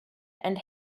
and